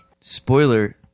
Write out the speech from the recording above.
Spoiler